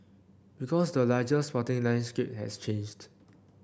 because the larger sporting landscape has changed